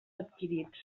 adquirits